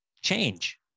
change